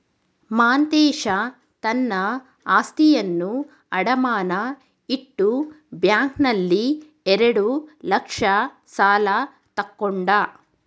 ಮಾಂತೇಶ ತನ್ನ ಆಸ್ತಿಯನ್ನು ಅಡಮಾನ ಇಟ್ಟು ಬ್ಯಾಂಕ್ನಲ್ಲಿ ಎರಡು ಲಕ್ಷ ಸಾಲ ತಕ್ಕೊಂಡ